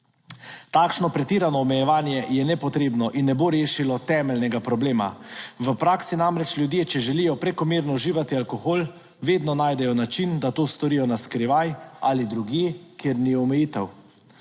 Takšno pretirano omejevanje je nepotrebno in ne bo rešilo temeljnega problema, v praksi namreč ljudje, če želijo prekomerno uživati alkohol, vedno najdejo način, da to storijo na skrivaj ali drugje, kjer ni omejitev.